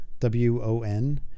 W-O-N